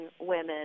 women